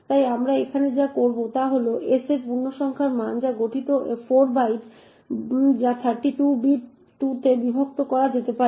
তাই আমরা এখানে যা করব তা হল s এর এই পূর্ণসংখ্যার মান যা গঠিত 4 বাইট যা 32 বিট 2 তে বিভক্ত করা যেতে পারে